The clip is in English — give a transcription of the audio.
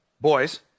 boys